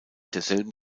derselben